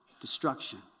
Destruction